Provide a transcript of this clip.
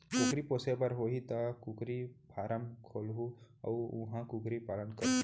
कुकरी पोसे बर होही त कुकरी फारम खोलहूं अउ उहॉं कुकरी पालन करहूँ